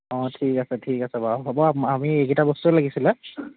অঁ ঠিক আছে ঠিক আছে বাৰু হ'ব আমি এইকেইটা বস্তুৱেই লাগিছিলে